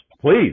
please